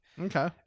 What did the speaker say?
Okay